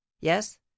yes